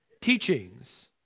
teachings